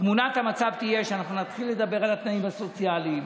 תמונת המצב תהיה שאנחנו נתחיל לדבר על התנאים הסוציאליים,